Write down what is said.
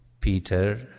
Peter